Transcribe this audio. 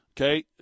Okay